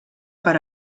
per